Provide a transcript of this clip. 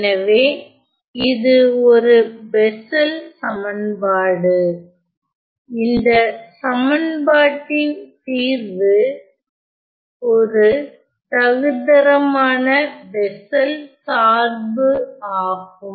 எனவே இது ஒரு பெஸ்ஸல் சமன்பாடு இந்த சமன்பாட்டின் தீர்வு ஒரு தகுதரமான பெஸ்ஸல் சார்பு ஆகும்